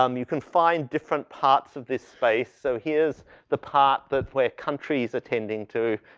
um you can find different parts of this space. so here's the part that where countries attending to,